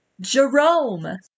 Jerome